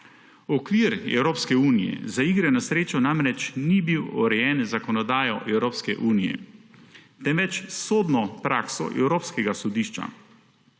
Okvir Evropske unije za igre na srečo namreč ni bil urejen z zakonodajo Evropske unije, temveč s sodno prakso Evropskega sodišča.